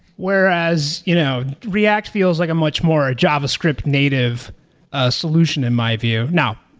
whereas you know react feels like a much more javascript native ah solution in my view. now,